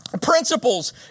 Principles